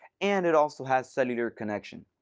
and it also has cellular connection.